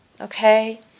okay